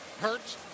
Hurt